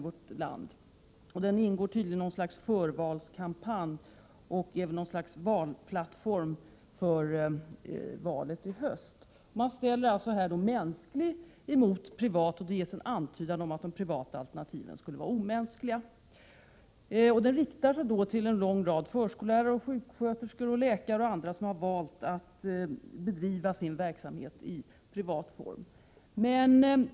Dessa ingår tydligen i något slags förvalskampanj och utgör någon sorts plattform inför höstens val. Man ställer alltså ”mänsklig” emot ”privat” med antydan om att de privata alternativen skulle vara omänskliga. Budskapet riktar sig till en lång rad förskollärare, sjuksköterskor, läkare och andra som valt att bedriva sin verksamhet i privat form.